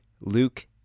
Luke